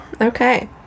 Okay